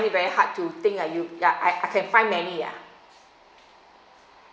find it very hard to think ah you ya I I can find many ah